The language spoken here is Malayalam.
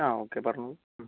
ആ ഓക്കെ പറഞ്ഞോളൂ